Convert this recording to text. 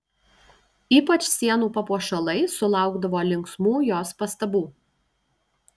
ypač sienų papuošalai sulaukdavo linksmų jos pastabų